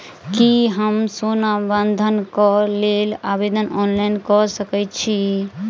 की हम सोना बंधन कऽ लेल आवेदन ऑनलाइन कऽ सकै छी?